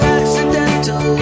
accidental